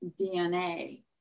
DNA